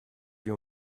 your